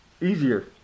easier